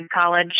college